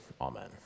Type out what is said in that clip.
Amen